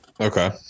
Okay